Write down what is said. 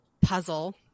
puzzle